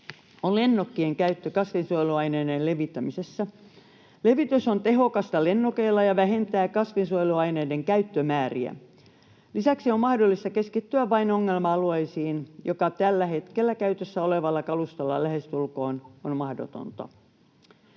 lennokkien käyttö kasvinsuojeluaineiden levittämisessä. Levitys lennokeilla on tehokasta ja vähentää kasvinsuojeluaineiden käyttömääriä. Lisäksi on mahdollista keskittyä vain ongelma-alueisiin, mikä tällä hetkellä käytössä olevalla kalustolla on lähestulkoon mahdotonta.